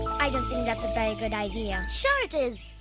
i don't think that's a very good idea. sure it is.